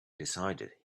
decided